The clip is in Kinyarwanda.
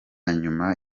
nyuma